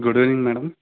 good evening madam